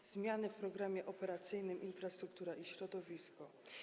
Chodzi o zmiany w Programie Operacyjnym „Infrastruktura i środowisko”